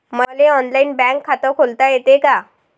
मले online bank खात खोलता येते का?